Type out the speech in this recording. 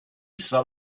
set